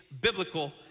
biblical